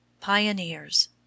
pioneers